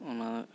ᱚᱱᱟ